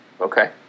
Okay